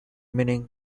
meaning